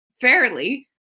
fairly